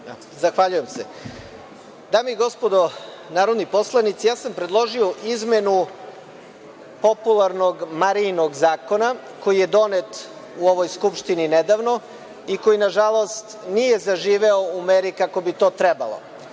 Zahvaljujem se. Dame i gospodo narodni poslanici, predložio sam izmenu popularnog „Marijinog zakona“ koji je donet u ovoj Skupštini nedavno i koji, nažalost, nije zaživeo u meri kako bi to trebalo. Suština